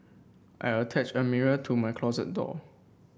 I attached a mirror to my closet door